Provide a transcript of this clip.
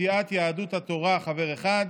סיעת יהדות התורה, חבר אחד,